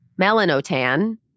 melanotan